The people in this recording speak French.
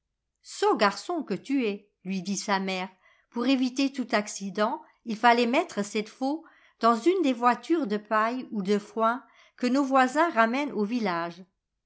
garçon que tu es lui dit sa mère pour éviter tout accident il fallait mettre cette faux dans ane des voitures de paille ou de foin que nos voisins ramènent au village